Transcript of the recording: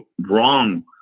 wrong